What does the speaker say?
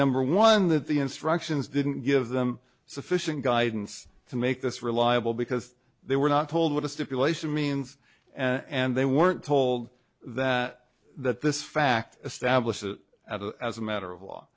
number one that the instructions didn't give them sufficient guidance to make this reliable because they were not told what a stipulation means and they weren't told that that this fact established at a as a matter of law